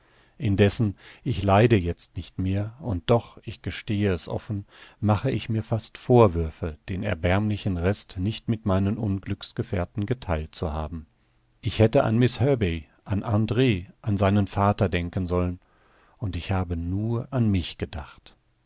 indessen ich leide jetzt nicht mehr und doch ich gestehe es offen mache ich mir fast vorwürfe den erbärmlichen rest nicht mit meinen unglücksgefährten getheilt zu haben ich hätte an miß herbey an andr an seinen vater denken sollen und ich habe nur an mich gedacht